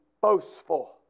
boastful